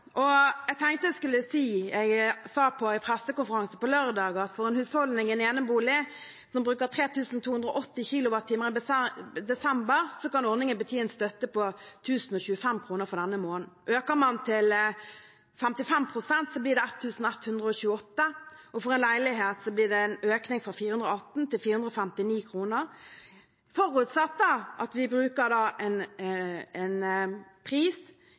Jeg tenkte jeg skulle si: Jeg sa på en pressekonferanse på lørdag at for en husholdning i en enebolig som bruker 3 280 kWh i desember, kan ordningen bety en støtte på 1 025 kr for denne måneden. Øker man til 55 pst, blir det 1 128 kr, og for en leilighet blir det en økning fra 418 kr til 459 kr – forutsatt at vi bruker en pris